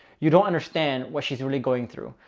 you don't understand what she's really going through.